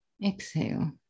Exhale